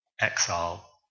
exile